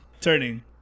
turning